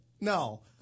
No